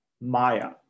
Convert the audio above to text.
maya